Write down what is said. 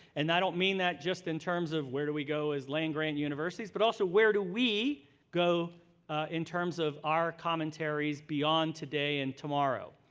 and i don't mean that just in terms where do we go as land-grant universities but also where do we go in terms of our commentaries beyond today and tomorrow.